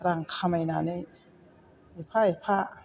रां खामायनानै एफा एफा